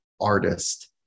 artist